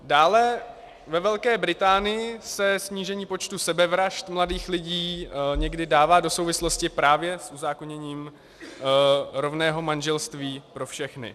Dále, ve Velké Británii se snížení počtu sebevražd mladých lidí někdy dává do souvislosti právě s uzákoněním rovného manželství pro všechny.